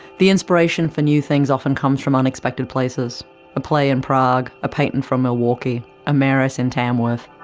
the inspiration for new things often comes from unexpected places a play in prague, a patent from milwaukee, a mayoress in tamworth.